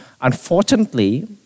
unfortunately